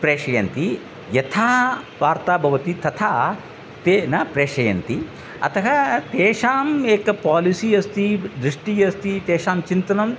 प्रेषयन्ति यथा वार्ता भवति तथा ते न प्रेषयन्ति अतः तेषाम् एकं पालिसि अस्ति दृष्टिः अस्ति तेषां चिन्तनम्